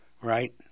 right